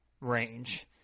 range